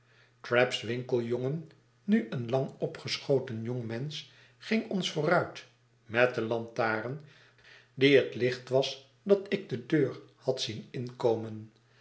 trabb's winkeljongen nu een lang opgeschoten jongmensch ging ons vooruit met de lantaren die het licht was dat ik de deur had zien inkomen